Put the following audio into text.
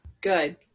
good